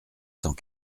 cent